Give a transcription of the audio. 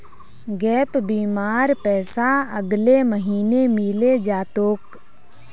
gap बीमार पैसा अगले महीने मिले जा तोक